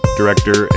director